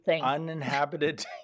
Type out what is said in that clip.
uninhabited